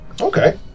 Okay